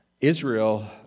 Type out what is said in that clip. Israel